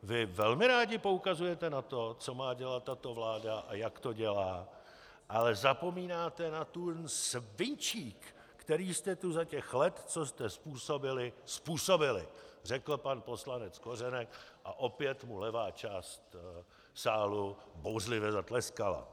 Vy velmi rádi poukazujete na to, co má dělat tato vláda a jak to dělá, ale zapomínáte na ten svinčík, který jste tu za těch let, co jste způsobili, způsobili, řekl pan poslanec Kořenek a opět mu levá část sálu bouřlivě zatleskala.